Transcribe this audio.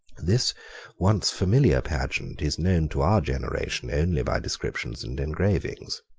this once familiar pageant is known to our generation only by descriptions and engravings.